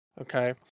Okay